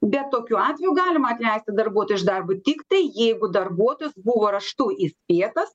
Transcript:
bet tokiu atveju galima atleisti darbuotoją iš darbo tiktai jeigu darbuotojas buvo raštu įspėtas